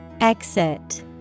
Exit